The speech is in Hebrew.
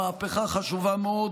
מהפכה חשובה מאוד,